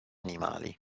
animali